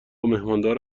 مهماندار